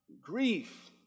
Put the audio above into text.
grief